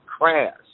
crash